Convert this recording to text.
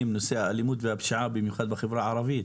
הזכיר את נושא האלימות ופשיעה במיוחד בחברה הערבית.